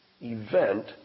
event